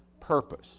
purpose